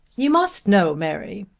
you must know, mary,